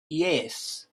yes